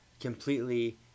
completely